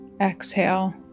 exhale